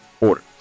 order